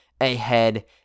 ahead